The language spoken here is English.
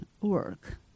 work